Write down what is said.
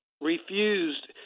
refused